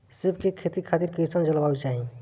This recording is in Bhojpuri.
सेब के खेती खातिर कइसन जलवायु चाही?